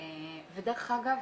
אגב,